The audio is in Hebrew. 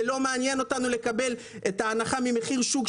לא מעניין אותנו לקבל את ההנחה ממחיר שוק,